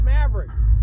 Mavericks